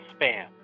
spam